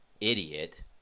idiot